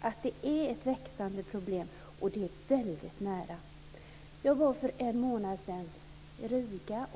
att det är ett växande problem och att det ligger väldigt nära oss. För en månad sedan var jag i Riga.